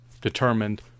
determined